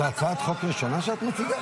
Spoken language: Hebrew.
זו הצעת החוק הראשונה שאת מציגה?